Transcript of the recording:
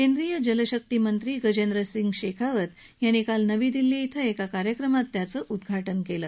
केंद्रीय जलशक्तीमंत्री गजेंद्रसिंग शेखावतयांनी काल नवी दिल्ली इथं एका कार्यक्रमात या नव्या उपक्रमाचं उद्घाटन केलं